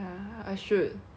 but I scared we mess up